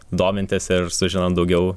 domintis ir sužinant daugiau